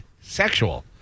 sexual